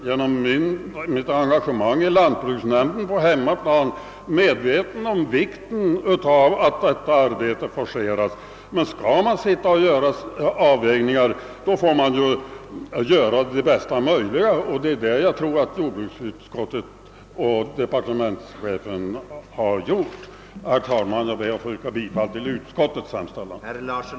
Genom mitt engagemang i lantbruksnämnden där hemma är jag fullt medveten om hur viktigt det är att detta arbete forceras, men vid de avvägningar som måste företas får man ju göra det bästa möjliga — och det tror jag är just vad departementschefen och jordbruksutskottet har gjort. Herr talman! Jag ber att få yrka bifall till utskottets hemställan.